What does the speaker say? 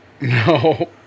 No